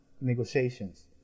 negotiations